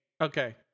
Okay